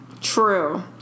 true